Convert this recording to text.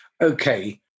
Okay